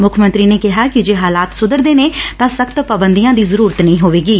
ਮੁੱਖ ਮੰਤਰੀ ਨੇ ਕਿਹਾ ਕਿ ਜੇ ਹਾਲਾਤ ਸੁਧਰਦੇ ਨੇ ਤਾਂ ਸਖ਼ਤ ਪਾਬੰਦੀਆਂ ਦੀ ਜ਼ਰੁਰਤ ਨਹੀਂ ਹੋਵੇਗੀ